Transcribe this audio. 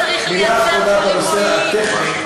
מילה אחרונה בנושא הטכני.